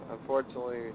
unfortunately